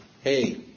Hey